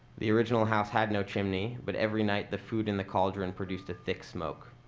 the original house had no chimney, but every night, the food in the cauldron produced a thick smoke.